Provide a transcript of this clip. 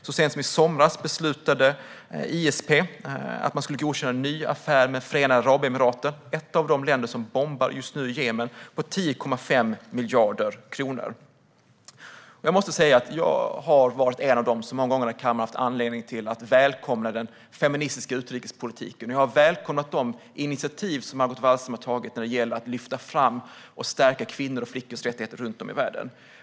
Så sent som i somras beslutade ISP att man skulle godkänna en ny affär med Förenade Arabemiraten - ett av de länder som just nu bombar Jemen - för 10,5 miljarder kronor. Jag har varit en av dem som många gånger här i kammaren haft anledning att välkomna den feministiska utrikespolitiken. Jag har välkomnat de initiativ som Margot Wallström har tagit när det gäller att lyfta fram och stärka kvinnors och flickors rättigheter runt om i världen.